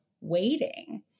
waiting